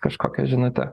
kažkokią žinutę